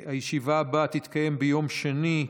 הישיבה הבאה תתקיים ביום שני,